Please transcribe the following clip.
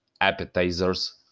appetizers